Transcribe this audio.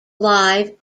live